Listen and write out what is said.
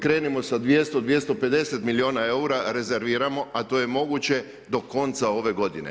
Krenimo sa 200, 250 milijuna eura, rezerviramo, a to je moguće do konca ove godine.